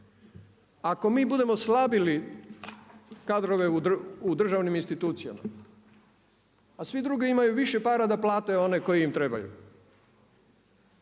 ako mi budemo slabili kadrove u državnim institucijama a svi drugi imaju više para da plate one koji im trebaju